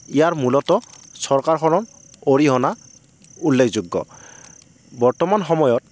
ইয়াৰ মূলতঃ চৰকাৰখনৰ অৰিহণা উল্লেখযোগ্য বৰ্তমান সময়ত